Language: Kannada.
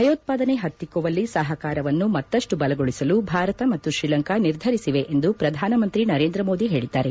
ಭಯತ್ವಾದನೆ ಪತ್ತಿಕ್ಕುವಲ್ಲಿ ಸಹಕಾರವನ್ನು ಮತ್ತಷ್ಟು ಬಲಗೊಳಿಸಲು ಭಾರತ ಮತ್ತು ಶ್ರೀಲಂಕಾ ನಿರ್ಧರಿಸಿವೆ ಎಂದು ಪ್ರಧಾನಮಂತ್ರಿ ನರೇಂದ್ರ ಮೋದಿ ಹೇಳಿದ್ದಾರೆ